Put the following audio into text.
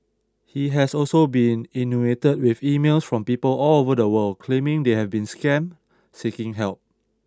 he has also been inundated with emails from people all over the world claiming they have been scammed seeking help